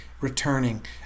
returning